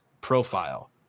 profile